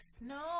no